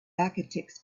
architects